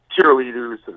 cheerleaders